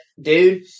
Dude